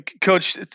Coach